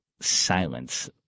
silence